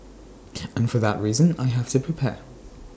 and for that reason I have to prepare